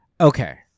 Okay